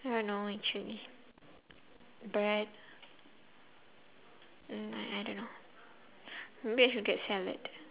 I don't know actually but mm I don't maybe I should get salad